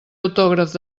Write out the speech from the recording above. autògraf